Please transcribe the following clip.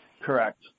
correct